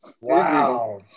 Wow